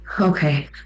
Okay